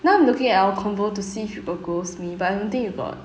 now I'm looking at our convo to see if you got ghost me but I don't think you got